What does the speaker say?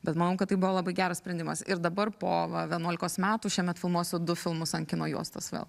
bet manom kad tai buvo labai geras sprendimas ir dabar po vienuolikos metų šiemet filmuosiu du filmus ant kino juostos vėl